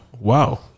Wow